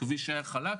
הכביש היה חלק?